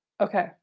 Okay